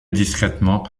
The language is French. discrètement